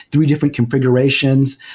three different conf igurations,